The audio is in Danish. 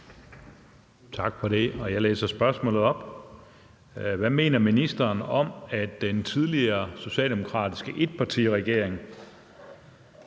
Tak for det, og jeg læser spørgsmålet op: Hvad mener ministeren om, at den tidligere socialdemokratiske etpartiregering